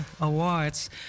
Awards